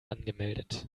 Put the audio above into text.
angemeldet